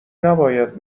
نباید